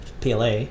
PLA